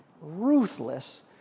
ruthless